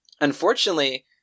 Unfortunately